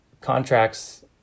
Contracts